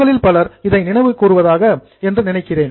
உங்களில் பலர் இதை நினைவுகூறுவதாக நினைக்கிறேன்